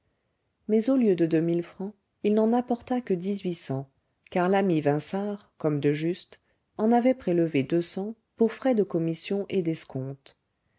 mais au lieu de deux mille francs il n'en apporta que dix-huit cents car l'ami vinçart comme de juste en avait prélevé deux cents pour frais de commission et d'escompte